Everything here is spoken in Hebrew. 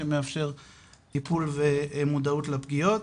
שמאפשר טיפול ומודעות לפגיעות.